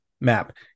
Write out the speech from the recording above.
map